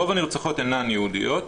רוב הנרצחות אינן יהודיות,